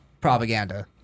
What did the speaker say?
propaganda